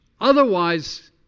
Otherwise